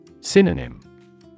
Synonym